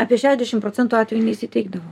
apie šešiasdešim procentų atvejų neįsiteikdavo